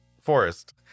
forest